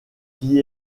qui